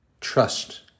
trust